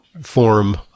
form